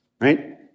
right